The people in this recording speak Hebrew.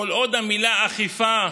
כל עוד המילה "אכיפה"